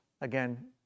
Again